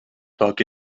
welke